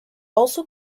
also